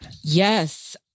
Yes